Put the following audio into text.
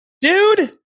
dude